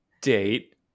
date